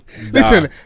Listen